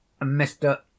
Mr